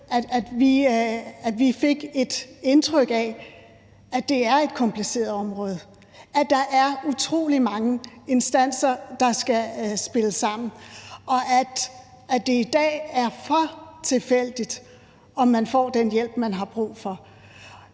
fik et indtryk af – at det er et kompliceret område, at der er utrolig mange instanser, der skal spille sammen, og at det i dag er for tilfældigt, om man får den hjælp, man har brug for.